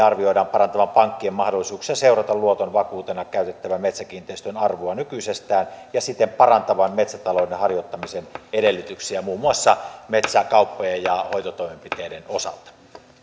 arvioidaan parantavan pank kien mahdollisuuksia seurata luoton vakuutena käytettävän metsäkiinteistön arvoa nykyisestään ja siten parantavan metsätalouden harjoittamisen edellytyksiä muun muassa metsäkauppojen ja hoitotoimenpiteiden osalta